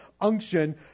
unction